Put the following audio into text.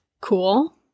cool